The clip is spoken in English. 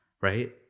right